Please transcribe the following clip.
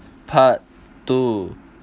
part two